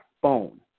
phone